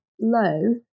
low